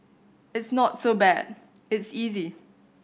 it's not so bad it's easy